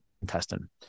intestine